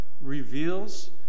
reveals